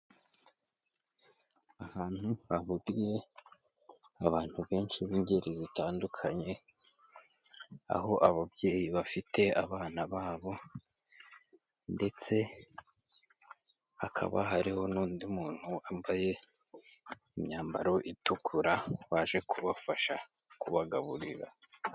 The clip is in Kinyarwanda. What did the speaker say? Ahantu hahuriye abantu benshi n'ingeri zitandukanye, aho ababyeyi bafite abana babo ndetse hakaba hariho n'undi muntu wambaye imyambaro itukura waje kubafasha kubagaburira.